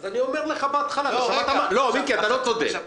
אתה לא צודק.